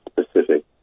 specific